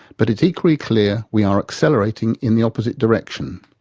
but it's equally clear we are accelerating in the opposite direction.